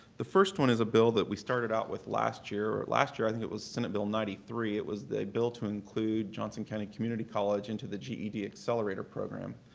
the first one is a bill that we started out with last year. last year i think it was senate bill ninety three. it was the bill to include johnson county community college into the ged accelerator program.